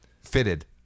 fitted